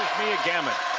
gamet.